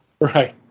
Right